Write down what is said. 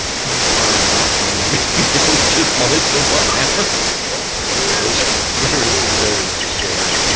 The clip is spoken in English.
can we wire her up and just monitor what happens? it was very, very scary.